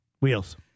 Wheels